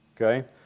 okay